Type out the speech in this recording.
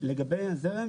לגבי הזרם,